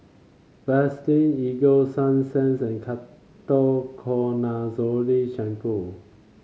Vaselin Ego Sunsense and Ketoconazole Shampoo